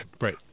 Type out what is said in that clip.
right